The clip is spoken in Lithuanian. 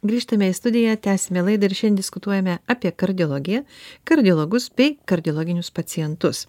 grįžtame į studiją tęsiame laidą ir šiandien diskutuojame apie kardiologiją kardiologus bei kardiologinius pacientus